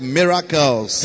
miracles